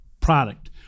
product